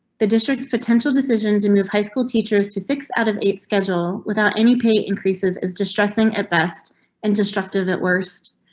the district potential decisions remove high school teachers to six out of eight schedule without any pay. increases is distressing at best and destructive at worst.